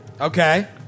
Okay